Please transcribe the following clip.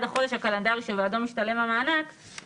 החודש קלנדרי שבעדו משתלם המענק (להלן - חודש התשלום)